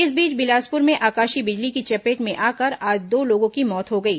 इस बीच बिलासपुर में आकाशीय बिजली की चपेट में आकर आज दो लोगों की मौत हो गई